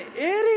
idiot